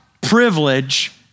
privilege